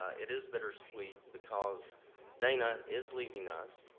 it is bitter-sweet because dana is leaving us,